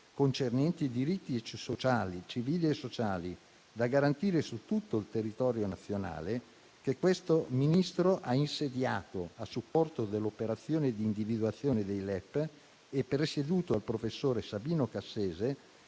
concernenti diritti civili e sociali da garantire su tutto il territorio nazionale, che questo Ministro ha insediato a supporto dell'operazione di individuazione dei LEP e presieduto dal professor Sabino Cassese,